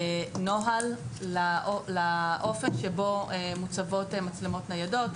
נוהל לאופן שבו מוצבות מצלמות ניידות.